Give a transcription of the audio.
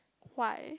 why